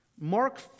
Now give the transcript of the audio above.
Mark